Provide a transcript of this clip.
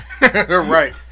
right